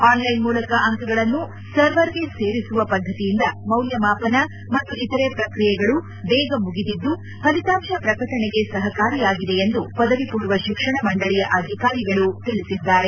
online ಮೂಲಕ ಅಂಕಗಳನ್ನು ಸರ್ವರ್ಗೆ ಸೇರಿಸುವ ಪದ್ದತಿಯಿಂದ ಮೌಲ್ಡಮಾಪನ ಮತ್ತು ಇತರೆ ಪ್ರಕ್ರಿಯೆಗಳು ದೇಗ ಮುಗಿದಿದ್ದು ಫಲಿತಾಂತ ಪ್ರಕಟಣೆಗೆ ಸಹಕಾರಿಯಾಗಿದೆ ಎಂದು ಪದವಿ ಪೂರ್ವ ಶಿಕ್ಷಣ ಮಂಡಳಿಯ ಅಧಿಕಾರಿಗಳು ತಿಳಿಸಿದ್ದಾರೆ